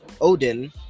Odin